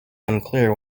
unclear